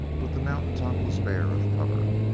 but the mountain top was bare of covert,